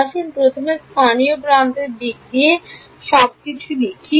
আসুন প্রথমে স্থানীয় প্রান্তের দিক দিয়ে সবকিছু লিখি